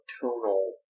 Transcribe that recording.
tonal